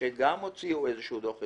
שגם הוציאו דוח רציני.